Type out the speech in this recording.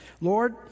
Lord